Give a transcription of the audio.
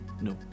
no